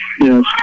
Yes